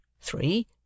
three